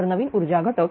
तर नवीन ऊर्जा घटक